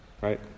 right